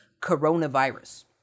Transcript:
coronavirus